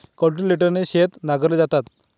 कल्टिव्हेटरने शेत नांगरले जाते